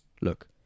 look